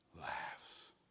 laughs